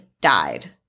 died